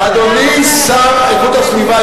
אדוני השר לאיכות הסביבה,